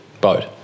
boat